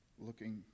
looking